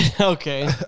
okay